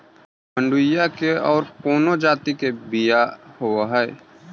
मडूया के और कौनो जाति के बियाह होव हैं?